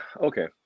Okay